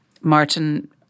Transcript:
Martin